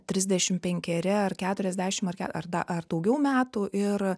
trisdešim penkeri ar keturiasdešim ar ke ar da ar daugiau metų ir